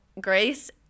Grace